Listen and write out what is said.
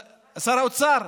שר האוצר,